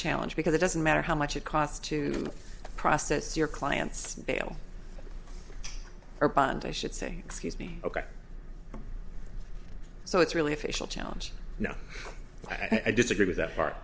challenge because it doesn't matter how much it costs to process your client's bail or bond i should say excuse me ok so it's really a facial challenge no i disagree with that par